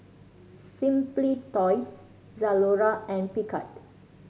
Simply Toys Zalora and Picard